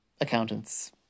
accountants